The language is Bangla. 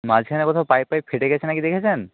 মাঝখানে কোথাও পাইপ ফাইফ ফেটে গেছে না কি দেখেছেন